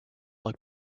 like